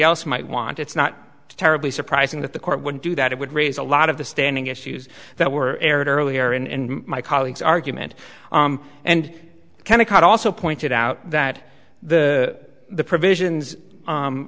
else might want it's not terribly surprising that the court wouldn't do that it would raise a lot of the standing issues that were aired earlier in my colleague's argument and kennicott also pointed out that the provisions